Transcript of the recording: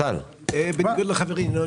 בניגוד לחברי ינון,